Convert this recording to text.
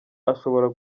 ashobora